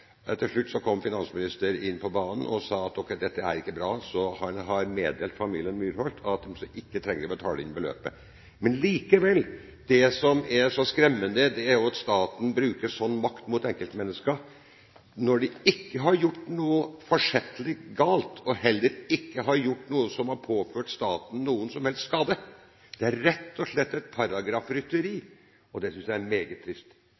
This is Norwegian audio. Til slutt kom finansministeren inn på banen og sa at dette ikke var bra. Han har meddelt familien Myrholdt at de ikke skal trenge å betale inn beløpet. Men likevel: Det som er så skremmende, er at staten bruker slik makt mot enkeltmennesker når de ikke har gjort noe forsettlig galt, og heller ikke har gjort noe som har påført staten noen som helst skade. Det er rett og slett et paragrafrytteri, og det synes jeg er